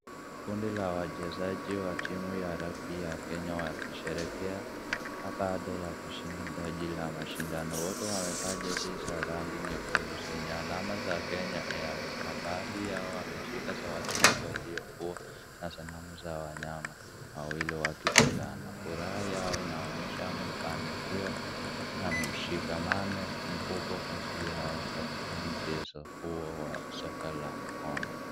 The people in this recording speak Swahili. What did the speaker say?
Kundi la wachezaji wa timu ya rugby ya kenya wakisherehekea baada ya kushinda taji la mashindano. Wote wamevaa jezi za rangi nyekundu zenye alama za Kenya Airways na baadhi yao wameshika zawadi kubwa iliyokuwa na sanamu za wanyama wawili wakipigana. Furaha yao inaonyesha mafanikio na mshikamano mkubwa kati yao katika mchezo huo wa soka la mkono.